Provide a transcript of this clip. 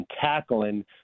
tackling